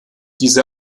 diese